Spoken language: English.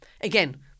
Again